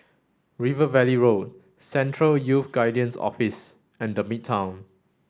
River Valley Road Central Youth Guidance Office and The Midtown